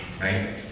right